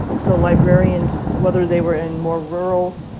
so librarians, whether they were in more rural,